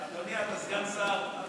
אדוני, אתה סגן השר.